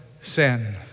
sin